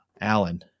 Alan